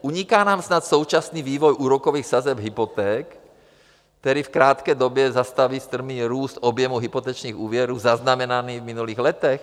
Uniká nám snad současný vývoj úrokových sazeb hypoték, který v krátké době zastaví strmý růst objemu hypotečních úvěrů zaznamenaný v minulých letech?